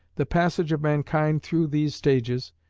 the passage of mankind through these stages,